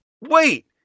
Wait